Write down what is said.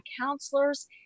counselors